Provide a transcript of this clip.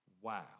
Wow